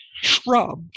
shrub